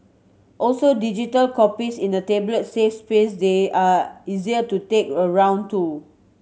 also digital copies in a tablet save space they are easier to take around too